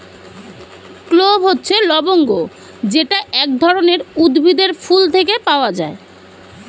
clove হচ্ছে লবঙ্গ যেটা এক ধরনের উদ্ভিদের ফুল থেকে পাওয়া